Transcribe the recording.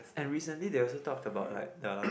and recently they also talk about like the